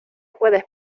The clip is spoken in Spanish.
puedes